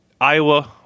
Iowa